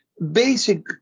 Basic